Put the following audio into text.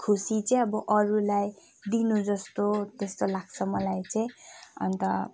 खुसी चाहिँ अब अरूलाई दिनु जस्तो त्यस्तो लाग्छ मलाई चाहिँ अन्त